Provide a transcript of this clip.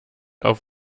auf